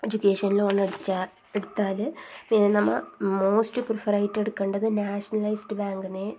education loan വച്ചാൽ എടുത്താൽ പിന്നെ നമ്മൾ മോസ്റ്റ് പ്രിഫറായിട്ട് എടുക്കേണ്ടത് നാഷണലൈസ്ഡ് ബാങ്കിൽ നിന്ന്